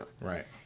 Right